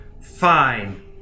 fine